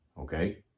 Okay